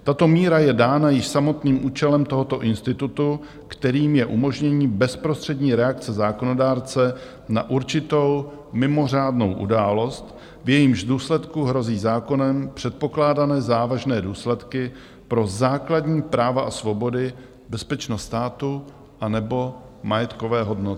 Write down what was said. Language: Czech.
Tato míra je dána již samotným účelem tohoto institutu, kterým je umožnění bezprostřední reakce zákonodárce na určitou mimořádnou událost, v jejímž důsledku hrozí zákonem předpokládané závažné důsledky pro základní práva a svobody, bezpečnost státu anebo majetkové hodnoty.